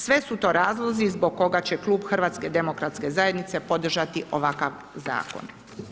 Sve su to razlozi zbog koga će Klub HDZ-a podržati ovakav zakon.